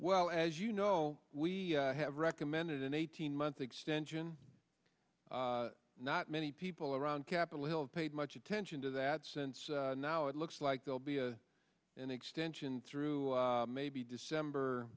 well as you know we have recommended an eighteen month extension not many people around capitol hill paid much attention to that since now it looks like they'll be an extension through maybe december